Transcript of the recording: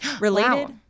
related